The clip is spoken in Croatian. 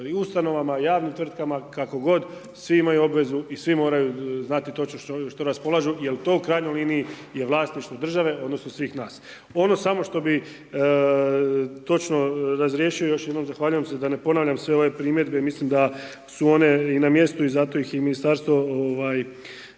ustanovama, javnim tvrtkama kako god, svi imaju obvezi i svi moraju znati točno što raspolažu jer to u krajnjoj liniji je vlasništvo države odnosno svih nas. Ono samo što bi točno razriješio još jednom zahvaljujem se da ne ponavljam sve ove primjedbe mislim da su one i na mjestu i zato ih i ministarstvo